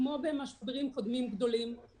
אתה רוצה להיות טוב, תגיד יש קנס שעולה למדינה X